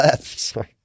Sorry